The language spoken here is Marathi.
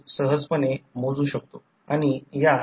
तर वाइंडिंगमध्ये व्होल्ट ड्रॉप नगण्य आहे असे गृहीत धरले आहे